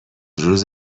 روز